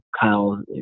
Kyle